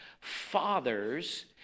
Fathers